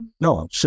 No